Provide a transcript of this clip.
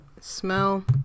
Smell